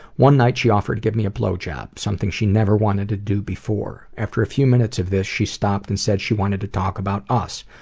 one night, she offered to give me a blow job. something she never wanted to do before. after a few minutes of this, she stopped and said she wanted to talk about us.